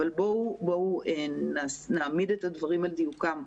בואו נעמיד את הדברים על דיוקם,